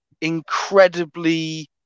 incredibly